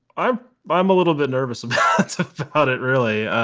i'm i'm a little bit nervous about it really.